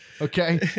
Okay